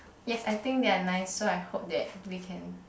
yes I think they are nice so I hope that we can